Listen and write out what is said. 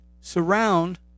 surround